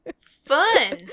fun